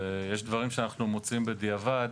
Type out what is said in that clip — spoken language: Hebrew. ויש דברים שאנחנו מוצאים בדיעבד.